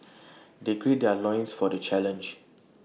they gird their loins for the challenge